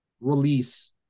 Release